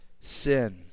sin